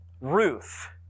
Ruth